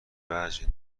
وجه